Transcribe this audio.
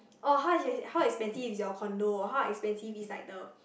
oh how ex~ how expensive is your condo how expensive is like the